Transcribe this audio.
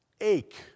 Ache